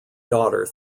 daughter